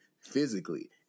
physically